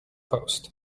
post